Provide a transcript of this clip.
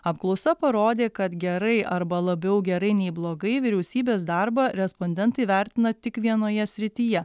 apklausa parodė kad gerai arba labiau gerai nei blogai vyriausybės darbą respondentai vertina tik vienoje srityje